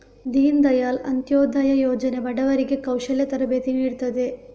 ದೀನ್ ದಯಾಳ್ ಅಂತ್ಯೋದಯ ಯೋಜನೆ ಬಡವರಿಗೆ ಕೌಶಲ್ಯ ತರಬೇತಿ ನೀಡ್ತದೆ